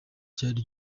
cyari